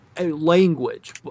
language